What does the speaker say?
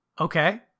Okay